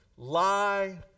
lie